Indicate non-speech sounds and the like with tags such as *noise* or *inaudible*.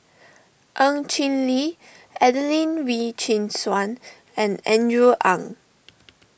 Ng Chin Li Adelene Wee Chin Suan and Andrew Ang *noise*